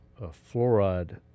fluoride